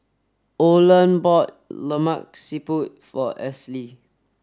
Olen bought Lemak Siput for Esley